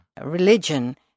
religion